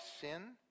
sin